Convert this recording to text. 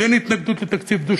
לי אין התנגדות לתקציב דו-שנתי.